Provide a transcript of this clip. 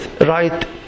right